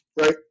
right